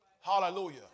Hallelujah